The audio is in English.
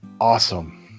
awesome